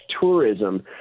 tourism